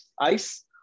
ice